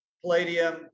palladium